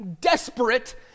desperate